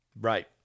Right